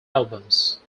albums